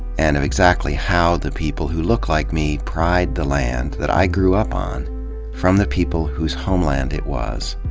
and exactly how the people who look like me pr ied the land that i grew up on from the people whose homeland it was.